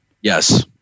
Yes